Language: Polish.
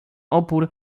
opór